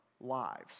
lives